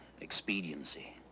Expediency